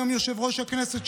היום יושב-ראש הכנסת,